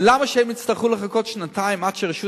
ולמה שהם יצטרכו לחכות שנתיים עד שרשות